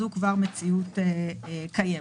זו כבר מציאות קיימת.